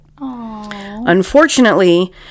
Unfortunately